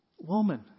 woman